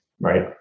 right